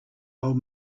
old